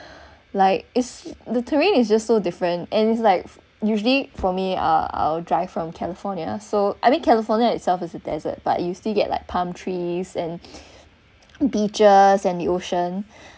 like is the terrain is just so different and it's like usually for me uh I'll drive from california so I mean california itself is a desert but you still get like palm trees and beaches and the ocean